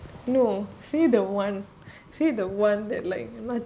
no say the one say the one that like